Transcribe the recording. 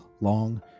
long